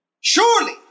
Surely